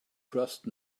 trust